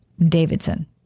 Davidson